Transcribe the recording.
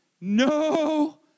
No